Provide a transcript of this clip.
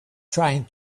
trying